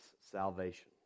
salvation